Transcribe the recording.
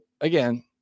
again